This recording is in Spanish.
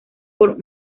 por